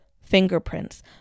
fingerprints